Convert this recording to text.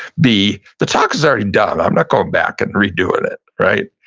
b, the talk is already done, i'm not going back and redoing it, right?